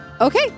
Okay